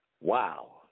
Wow